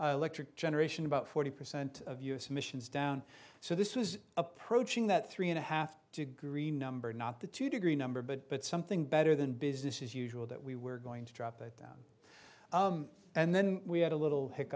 thirty generation about forty percent of u s missions down so this was approaching that three and a half degree number not the two degree number but but something better than business as usual that we were going to drop it down and then we had a little hic